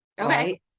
Okay